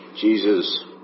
Jesus